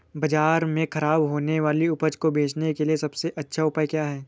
बाजार में खराब होने वाली उपज को बेचने के लिए सबसे अच्छा उपाय क्या है?